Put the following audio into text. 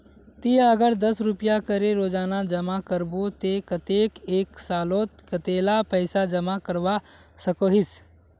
ती अगर दस रुपया करे रोजाना जमा करबो ते कतेक एक सालोत कतेला पैसा जमा करवा सकोहिस?